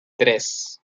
tres